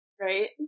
Right